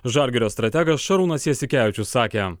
žalgirio strategas šarūnas jasikevičius sakė